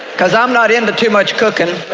cause i'm not into too much cooking